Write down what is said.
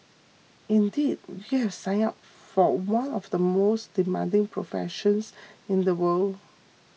indeed you have signed up for one of the most demanding professions in the world